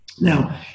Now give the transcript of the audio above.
Now